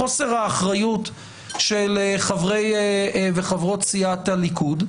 חוסר האחריות של חברי וחברות סיעת הליכוד.